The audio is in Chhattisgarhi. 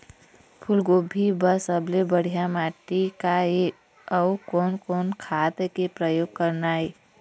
फूलगोभी बर सबले बढ़िया माटी का ये? अउ कोन कोन खाद के प्रयोग करना ये?